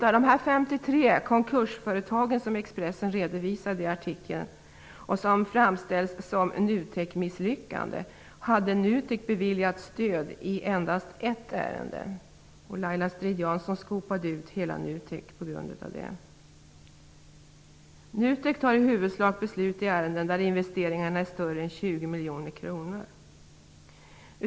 Av de 53 konkursföretag som Expressen redovisade i artikeln och som framställts som misslyckanden från NUTEK hade NUTEK beviljat stöd i endast ett ärende. Laila Strid-Jansson skopade ut hela NUTEK på grund av det. NUTEK fattar i huvudsak beslut i ärenden där investeringarna är större än 20 miljoner kronor.